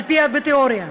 בתיאוריה,